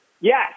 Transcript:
Yes